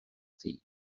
thi